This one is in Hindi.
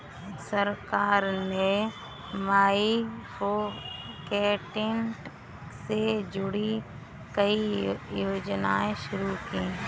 सरकार ने माइक्रोक्रेडिट से जुड़ी कई योजनाएं शुरू की